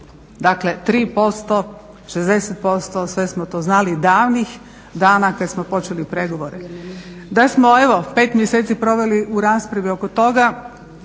Dakle, 3%, 60%, sve smo to znali davnih dana kad smo počeli pregovore. Da smo evo 5 mjeseci proveli u raspravi oko toga